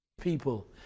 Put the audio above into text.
people